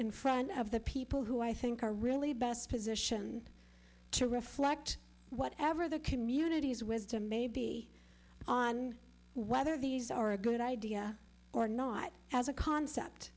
in front of the people who i think are really best positioned to reflect whatever the community's wisdom may be on whether these are a good idea or not as a concept